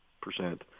percent